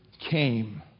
came